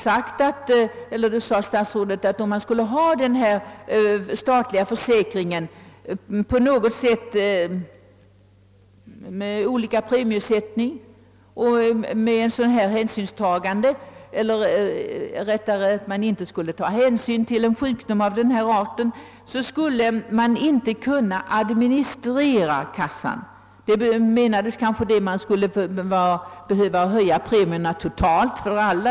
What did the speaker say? Statsrådet säger också i svaret att om man inom den statliga försäkringen skulle ha ett system med olika premiesättning skulle kassan inte kunna admi nistreras. Man har kanske menat att premierna i så fall skulle behöva höjas för alla försäkrade.